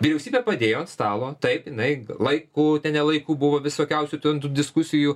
vyriausybė padėjo ant stalo taip jinai laiku ne laiku buvo visokiausių ten tų diskusijų